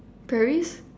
Paris